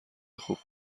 خوب